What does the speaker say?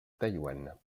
taïwan